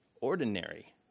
ordinary